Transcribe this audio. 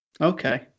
Okay